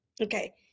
Okay